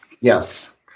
yes